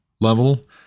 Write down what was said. level